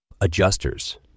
adjusters